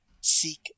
seek